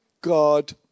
God